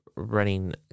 Running